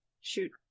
Shoot